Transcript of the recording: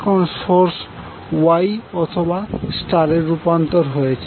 এখন source Y অথবা স্টারে রূপান্তর হয়েছে